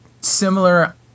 similar